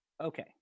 Okay